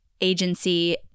agency